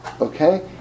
Okay